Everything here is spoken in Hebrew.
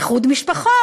איחוד משפחות.